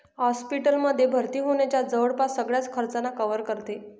hospital मध्ये भर्ती होण्याच्या जवळपास सगळ्याच खर्चांना कव्हर करते